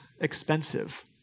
expensive